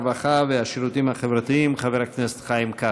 הרווחה והשירותים החברתיים חבר הכנסת חיים כץ,